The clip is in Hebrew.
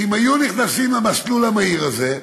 אם הן היו נכנסות למסלול המהיר הזה,